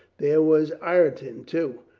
there was ireton, too.